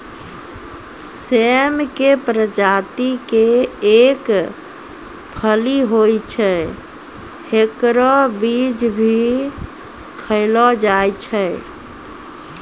सेम के प्रजाति के एक फली होय छै, हेकरो बीज भी खैलो जाय छै